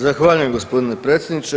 Zahvaljujem gospodine predsjedniče.